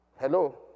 Hello